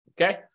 okay